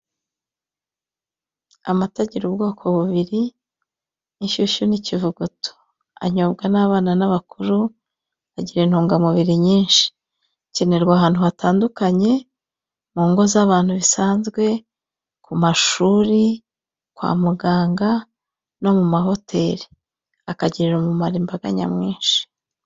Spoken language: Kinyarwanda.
Amata agira ubwoko bubiri: inshyushyu n'ikivuguto. Anyobwa n'abana n'abakuru, agira intungamubiri nyinshi. Akenerwa ahantu hatandukanye: mu ngo z'abantu bisanzwe, ku mashuri, kwa muganga, no mu mahoteli. Akagirira umumaro imbaga nyamwinshi.